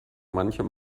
manchem